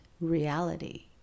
reality